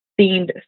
themed